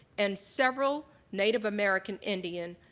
and several native american indian,